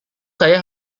saya